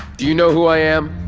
do you know who i am?